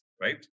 right